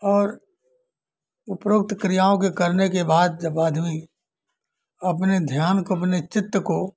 और उपरोक्त क्रियाओं के करने के बाद जब आदमी अपने ध्यान को अपने चित्त को